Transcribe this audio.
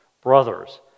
brothers